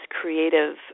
creative